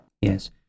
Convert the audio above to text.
Yes